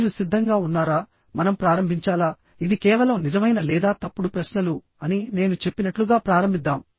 మీరు సిద్ధంగా ఉన్నారా మనం ప్రారంభించాలా ఇది కేవలం నిజమైన లేదా తప్పుడు ప్రశ్నలు అని నేను చెప్పినట్లుగా ప్రారంభిద్దాం